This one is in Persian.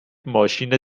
ماشین